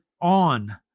on